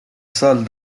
salle